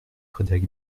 frédéric